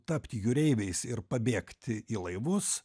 tapti jūreiviais ir pabėgti į laivus